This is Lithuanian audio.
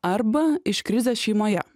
arba iš krizės šeimoje